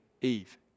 Eve